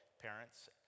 parents